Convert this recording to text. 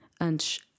Antes